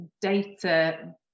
data